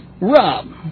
Rob